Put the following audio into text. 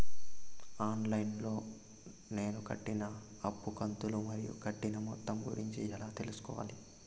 On line లో నేను కట్టిన అప్పు కంతులు మరియు కట్టిన మొత్తం గురించి ఎలా తెలుసుకోవాలి?